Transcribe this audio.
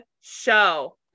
show